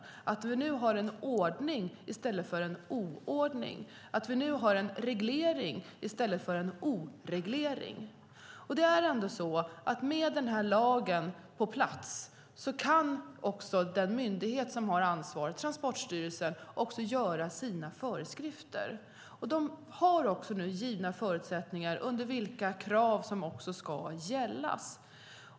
Det måste vara mycket bättre att vi har en ordning i stället för en oordning och att vi har en reglering i stället för en oreglering. Med den här lagen på plats kan trots allt den myndighet som har ansvaret, Transportstyrelsen, också göra sina föreskrifter. De har nu givna förutsättningar för vilka krav som ska gälla.